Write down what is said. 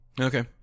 Okay